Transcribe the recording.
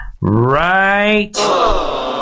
right